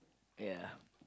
ya